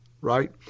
right